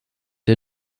der